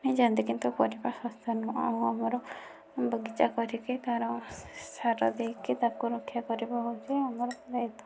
ନେଇ ଯାଆନ୍ତି କିନ୍ତୁ ପରିବା ଶସ୍ତା ନୁହଁ ଆଉ ଆମର ବଗିଚା କରିକି ତାର ସାର ଦେଇକି ତାକୁ ରକ୍ଷା କରିବା ହେଉଛି ଆମର ଦାୟିତ୍ୱ